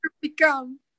become